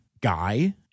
guy